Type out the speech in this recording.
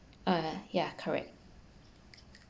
uh yeah correct